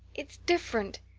it's different.